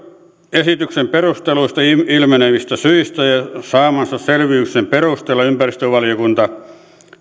esityksen perusteluista ilmenevistä syistä ja saamansa selvityksen perusteella ympäristövaliokunta